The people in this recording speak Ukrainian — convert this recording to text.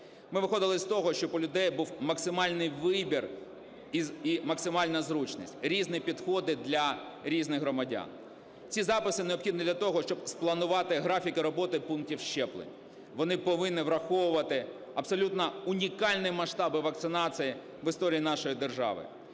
Ми виходили з того, щоб у людей був максимальний вибір і максимальна зручність, різні підходи для різних громадян. Ці записи необхідні для того, щоб спланувати графіки роботи пунктів щеплень, вони повинні враховувати абсолютно унікальні масштаби вакцинації в історії нашої держави.